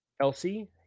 Kelsey